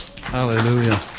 Hallelujah